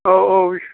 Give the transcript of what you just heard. औ औ